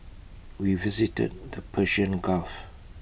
we visited the Persian gulf